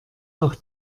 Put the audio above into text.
auch